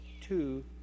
two